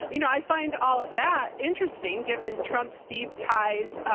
you know, i find all of that interesting, given trump's deep ties, ah,